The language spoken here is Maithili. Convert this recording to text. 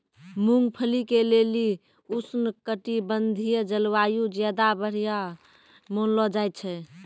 मूंगफली के लेली उष्णकटिबंधिय जलवायु ज्यादा बढ़िया मानलो जाय छै